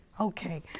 Okay